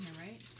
right